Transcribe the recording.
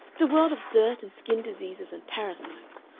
it's a world of dirt and skin diseases and parasites.